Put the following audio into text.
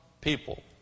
people